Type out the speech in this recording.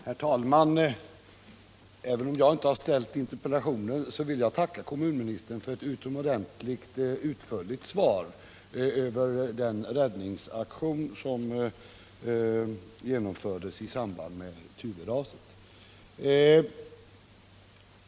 Herr talman! Trots att jag inte har ställt interpellationen vill jag tacka kommunministern för ett utomordentligt utförligt svar angående den räddningsaktion som genomfördes i samband med Tuveraset.